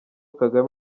kagame